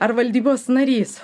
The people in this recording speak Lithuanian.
ar valdybos narys